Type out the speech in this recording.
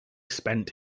spent